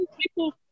people